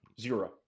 Zero